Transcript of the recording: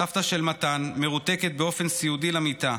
סבתא של מתן מרותקת באופן סיעודי למיטה.